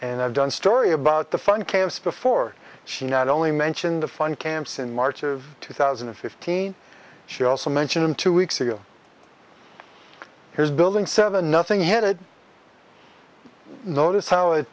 and i've done story about the fun camps before she not only mentioned the fun camps in march of two thousand and fifteen she also mentioned him two weeks ago here's building seven nothing hit it notice how it